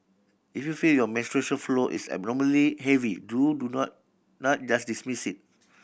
if you feel your menstrual flow is abnormally heavy do do not not just dismiss it